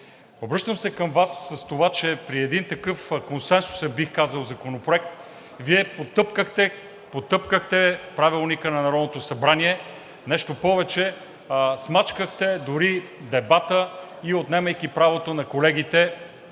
Обръщам се към Вас с това, че при един такъв консенсусен, бих казал, законопроект, Вие потъпкахте Правилника на Народното събрание. Нещо повече – смачкахте дори дебата, отнемайки правото на колегите,